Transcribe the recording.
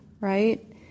right